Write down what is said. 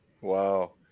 Wow